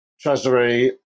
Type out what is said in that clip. Treasury